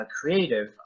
creative